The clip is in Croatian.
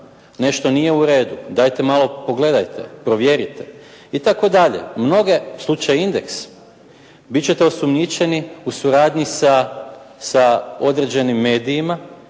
Nešto nije u redu, dajte malo pogledajte, provjerite itd. Slučaj "Indeks"? Biti ćete osumnjičeni u suradnji sa određenim medijima